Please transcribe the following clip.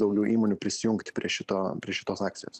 daugiau įmonių prisijungti prie šito prie šitos akcijos